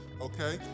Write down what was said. okay